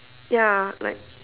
ya like